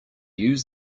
use